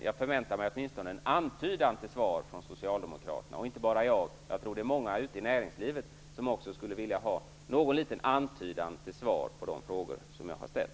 Jag förväntar mig åtminstone en antydan till svar från socialdemokraterna - inte bara jag, utan jag tror att det är många ute i näringslivet som också skulle vilja ha någon liten antydan till svar på de frågor som jag har ställt.